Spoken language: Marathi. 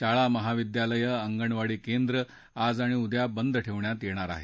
शाळा महाविद्यालय अंगणवाडी केंद्र आज आणि उद्या बंद ठेवण्यात येणार आहेत